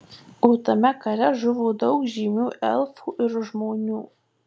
o tame kare žuvo daug žymių elfų ir žmonių